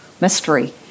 mystery